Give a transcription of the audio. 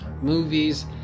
movies